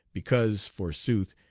because, forsooth,